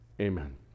Amen